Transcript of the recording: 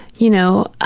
you know ah